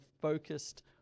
focused